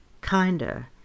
kinder